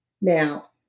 now